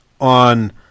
on